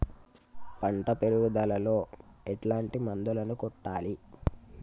పంట పెరుగుదలలో ఎట్లాంటి మందులను కొట్టాలి?